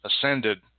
ascended